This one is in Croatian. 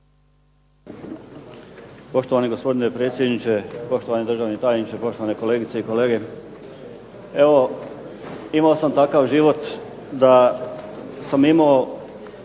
Poštovani gospodine predsjedniče, poštovani državni tajniče, poštovane kolegice i kolege. Evo, imao sam takav život da sam imao